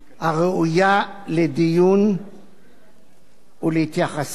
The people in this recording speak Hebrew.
הראויה לדיון והתייחסות.